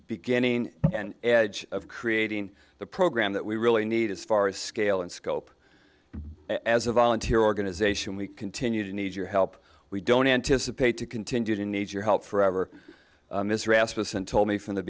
beginning and edge of creating the program that we really need as far as scale and scope as a volunteer organization we continue to need your help we don't anticipate to continue to need your help forever mr rasmussen told me from the